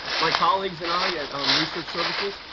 my colleagues and i at um research services,